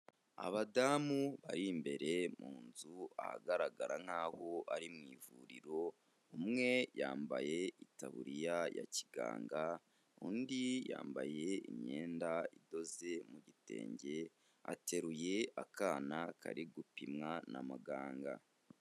Abadamu bari imbere mu nzu ahagaragara nk'aho ari mu ivuriro, umwe yambaye itaburiya ya kiganga, undi yambaye imyenda idoze mu gitenge, ateruye akana kari gupimwa na muganga.